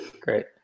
Great